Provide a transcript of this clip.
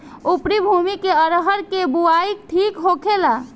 उपरी भूमी में अरहर के बुआई ठीक होखेला?